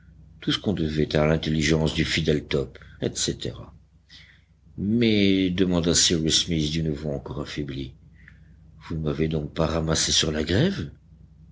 tout ce qu'on devait à l'intelligence du fidèle top etc mais demanda cyrus smith d'une voix encore affaiblie vous ne m'avez donc pas ramassé sur la grève